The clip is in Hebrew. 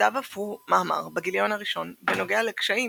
כתב אף הוא מאמר בגיליון הראשון בנוגע לקשיים